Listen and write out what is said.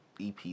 EP